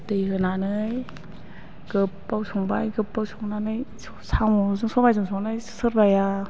दै होनानै गोबाव संबाय गोबाव संनानै साम'जों सबायजों संनाय सोरबाया